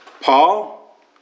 Paul